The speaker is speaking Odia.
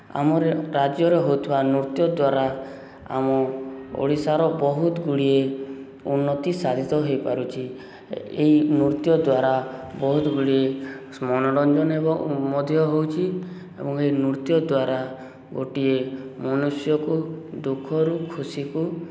ଆମର ରାଜ୍ୟରେ ହଉଥିବା ନୃତ୍ୟ ଦ୍ୱାରା ଆମ ଓଡ଼ିଶାର ବହୁତ ଗୁଡ଼ିଏ ଉନ୍ନତି ସାଧିତ ହୋଇପାରୁଛି ଏହି ନୃତ୍ୟ ଦ୍ୱାରା ବହୁତ ଗୁଡ଼ିଏ ମନୋରଞ୍ଜନ ଏବଂ ମଧ୍ୟ ହେଉଛି ଏବଂ ଏହି ନୃତ୍ୟ ଦ୍ୱାରା ଗୋଟିଏ ମନୁଷ୍ୟକୁ ଦୁଃଖରୁ ଖୁସିକୁ